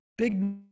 big